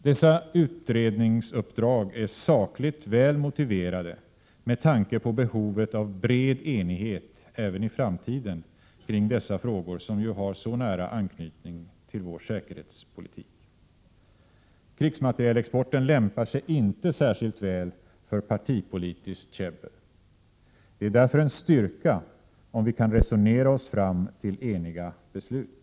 Dessa utredningsuppdrag är sakligt väl motiverade med tanke på behovet av bred enighet även i framtiden kring dessa frågor, som ju har så nära anknytning till vår säkerhetspolitik. Krigsmaterielexporten lämpar sig inte särskilt väl för partipolitiskt käbbel. Det är därför en styrka om vi kan resonera oss fram till eniga beslut.